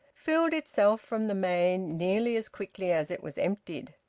filled itself from the main nearly as quickly as it was emptied.